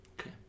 Okay